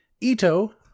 ito